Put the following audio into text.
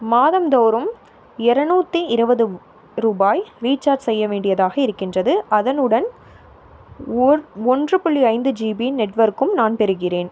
மாதம் தோறும் ஐரநூத்தி இருபது ரூபாய் ரீசார்ச் செய்ய வேண்டியதாக இருக்கின்றது அதனுடன் ஓ ஒன்று புள்ளி ஐந்து ஜிபி நெட்ஒர்க்கும் நான் பெறுகிறேன்